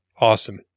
Awesome